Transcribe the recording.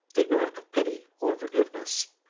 ignorant of pity or forgiveness,